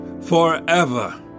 forever